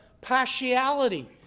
partiality